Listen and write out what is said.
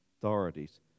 authorities